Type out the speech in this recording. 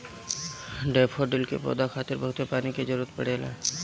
daffodil के पौधा खातिर बहुते पानी के जरुरत पड़ेला